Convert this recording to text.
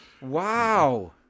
wow